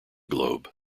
globe